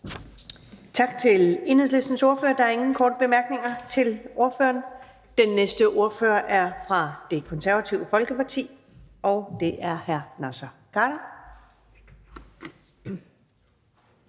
Tak til Enhedslistens ordfører. Der er ingen korte bemærkninger til ordføreren. Den næste ordfører er fra Det Konservative Folkeparti, og det er hr. Naser Khader.